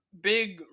big